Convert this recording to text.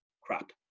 crap